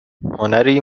هنری